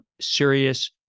serious